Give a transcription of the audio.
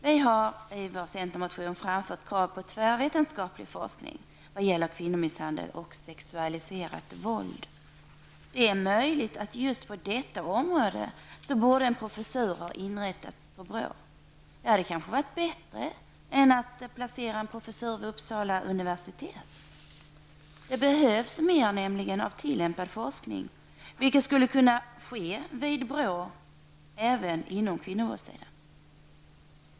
Vi har i vår centermotion framfört krav på tvärvetenskaplig forskning i vad gäller kvinnomisshandel och sexualiserat våld. Det är möjligt att en professur borde ha inrättats på BRÅ just på detta område. Det hade kanske varit bättre än att placera en professur vid Uppsala universitet. Det behövs nämligen mer av tillämpad forskning, vilket skulle kunna ske vid BRÅ, även inom kvinnovåldssidan.